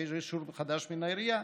לבקש אישור חדש מן העירייה.